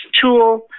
tool